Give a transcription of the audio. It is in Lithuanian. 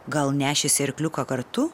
gal nešėsi arkliuką kartu